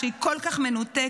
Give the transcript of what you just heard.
שהיא כל כך מנותקת,